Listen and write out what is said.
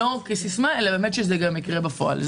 לא כסיסמה אלא שזה יקרה בפועל.